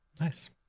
Nice